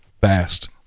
fast